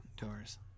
doors